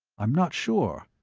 i'm not sure.